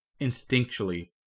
instinctually